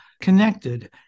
connected